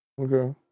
Okay